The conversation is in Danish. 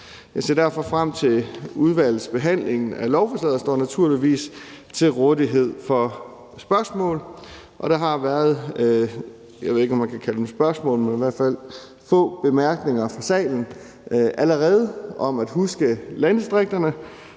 Jeg ser derfor frem til udvalgets behandling af lovforslaget og står naturligvis til rådighed for spørgsmål. Der har været, jeg ved ikke, om man kan kalde dem spørgsmål, men i hvert